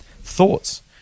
Thoughts